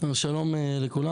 אז שלום לכולם.